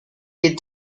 les